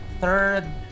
third